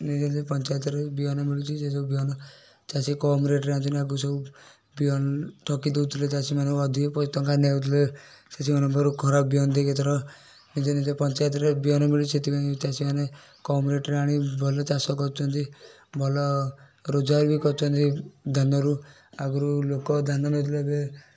ନିଜ ନିଜ ପଞ୍ଚାୟତରେ ବିହନ ମିଳୁଛି ସେ ସବୁ ବିହନ ଚାଷୀ କମ୍ ରେଟ୍ରେ ଆଣୁଛନ୍ତି ଆଗରୁ ସବୁ ବିହନ ଠକି ଦଏଉଥିଲେ ଚାଷୀମାନଙ୍କୁ ଅଧିକ ପ ଟଙ୍କା ନେଇଯାଉଥିଲେ ଚାଷୀମାନଙ୍କୁ ପାଖରୁ ଖରାପ ବିହନ ଦେଇକି ଏଥର ନିଜ ନିଜ ପଞ୍ଚାୟତରେ ବିହନ ମିଳୁଛି ସେଥିପାଇଁ ଚାଷୀମାନେ କମ୍ ରେଟ୍ରେ ଆଣି ଭଲ ଚାଷ କରୁଛନ୍ତି ଭଲ ରୋଜଗାର ବି କରୁଛନ୍ତି ଧାନରୁ ଆଗରୁ ଲୋକ ଧାନ ନେଉଥିଲେ ଏବେ